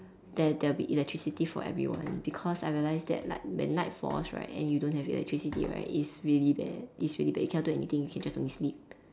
there there will be electricity for everyone because I realise that like when night falls right and you don't have electricity right it's really bad it's really bad you cannot do anything you can just only sleep